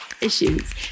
issues